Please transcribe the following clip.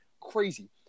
Crazy